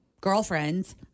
girlfriends